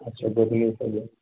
अच्छा गोपलोसभ अइ